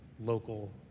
local